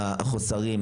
מבחינת החוסרים,